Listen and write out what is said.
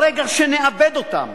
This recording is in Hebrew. ברגע שנאבד אותם